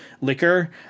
liquor